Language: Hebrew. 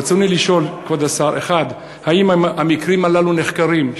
רצוני לשאול: 1. האם המקרים הללו נחקרים?